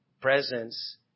presence